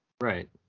Right